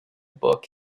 book